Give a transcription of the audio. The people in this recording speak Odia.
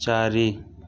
ଚାରି